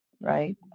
right